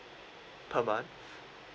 per month